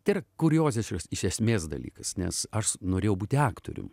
tai yra kurjoziškas iš esmės dalykas nes aš norėjau būti aktorium